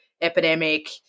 epidemic